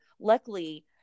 luckily